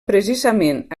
precisament